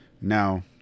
Now